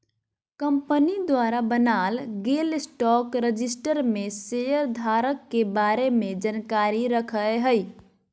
company द्वारा बनाल गेल स्टॉक रजिस्टर में शेयर धारक के बारे में जानकारी रखय हइ